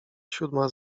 siódma